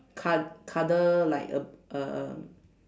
cud~ cuddle like a uh